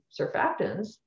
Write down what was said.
surfactants